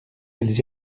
elles